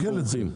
עכשיו הם בורחים.